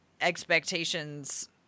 expectations